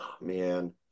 man